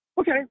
Okay